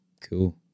cool